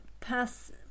pass